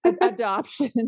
Adoption